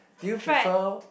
do you prefer